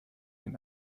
den